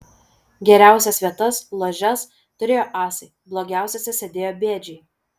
geriausias vietas ložes turėjo asai blogiausiose sėdėjo bėdžiai